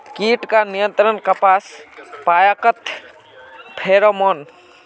कीट का नियंत्रण कपास पयाकत फेरोमोन?